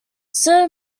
sir